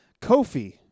Kofi